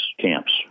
camps